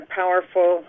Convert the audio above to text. powerful